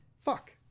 fuck